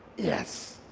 yes.